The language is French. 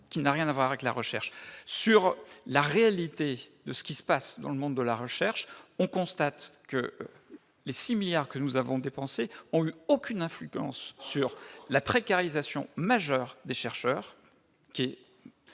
qui n'a rien à voir avec la recherche sur la réalité de ce qui se passe dans le monde de la recherche, on constate que les 6 milliards que nous avons dépensé ont eu aucune influence sur la précarisation majeur des chercheurs